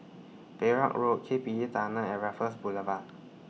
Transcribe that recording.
Perak Road K P E Tunnel and Raffles Boulevard